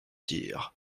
dire